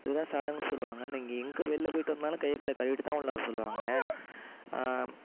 ஏதோ சடங்குன்னு சொல்வாங்க நீங்கள் எங்கே வெளில போய்ட்டு வந்தாலும் கையை காலை கழுவிட்டு தான் உள்ளே வர சொல்வாங்க